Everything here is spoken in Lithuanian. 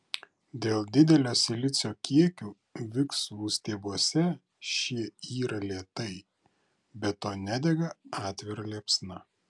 dėl didelio silicio kiekio viksvų stiebuose šie yra lėtai be to nedega atvira liepsna